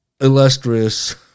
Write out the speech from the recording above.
illustrious